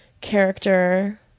character